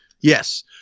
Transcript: Yes